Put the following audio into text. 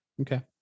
Okay